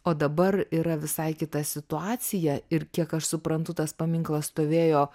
o dabar yra visai kita situacija ir kiek aš suprantu tas paminklas stovėjo